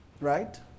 right